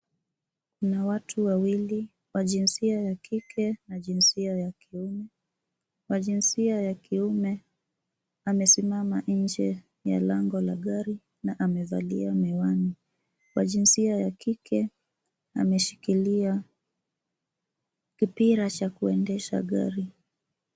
Kuna watu wawili wa jinsia ya kike na jinsia ya kiume. Wa jinsia ya kiume amesimama nje ya lango la gari na amevalia miwani. Wa jinsia ya kike, ameshikilia kipira cha kuendesha gari.